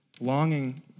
longing